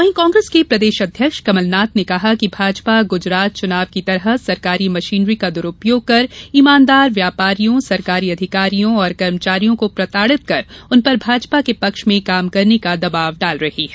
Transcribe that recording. वहीं कांग्रेस के प्रदेश अध्यक्ष कमलनाथ ने कहा कि भाजपा गूजरात चुनाव की तरह सरकारी मशीनरी का दुरूपयोग कर ईमानदार व्यापारियों सरकारी अधिकारियों और कर्मचारियों को प्रताड़ित कर उन पर भाजपा के पक्ष में काम करने का दबाव डाल रही है